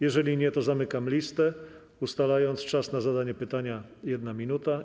Jeżeli nie, to zamykam listę, ustalając czas na zadanie pytania - 1 minuta.